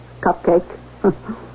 Cupcake